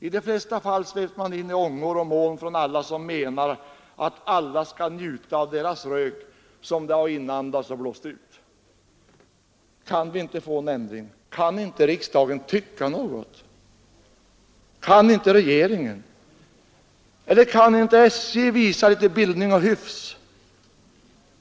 I de flesta fall sveps man in i ångor och moln från den som menar att andra skall njuta av den rök som de har inandats och blåst ut. Kan vi inte få en ändring? Kan inte riksdagen tycka något? Kan inte regeringen göra det? Eller kan inte SJ visa litet bildning och hyfs?